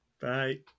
Bye